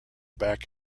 back